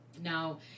Now